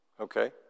Okay